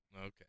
Okay